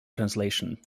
translation